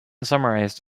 summarized